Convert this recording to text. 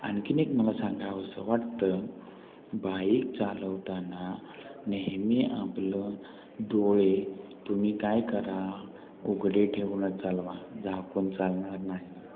आणखीन एक मला सांगावस असं वाटतं बाईक चालवताना नेहमी आपलं डोळे तुम्ही काय करा उघडे ठेवूनच चालवा झाकुन चालणार नाही